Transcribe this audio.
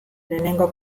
lehenengo